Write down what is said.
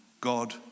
God